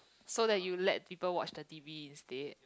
so that you let people watch the T_V instead